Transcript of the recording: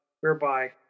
whereby